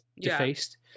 defaced